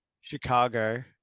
Chicago